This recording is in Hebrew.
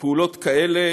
פעולות כאלה